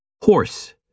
horse